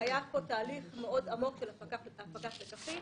היה פה תהליך מאוד עמוק של הפקת לקחים,